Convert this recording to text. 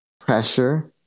pressure